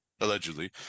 allegedly